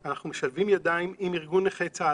אנחנו משלבים ידיים עם ארגון נכי צה"ל.